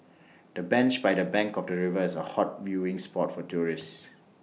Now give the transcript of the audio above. the bench by the bank of the river is A hot viewing spot for tourists